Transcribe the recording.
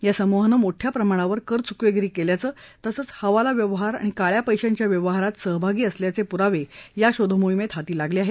या समूहानं मोठ्या प्रमाणावर कर चुकवेगिरी केल्याचं तसंच हवाला व्यवहार आणि काळ्या पैशांच्या व्यवहारात सहभागी असल्याचे पुरावे या शोध मोहिमेत हाती लागले आहेत